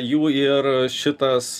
jų ir šitas